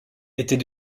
était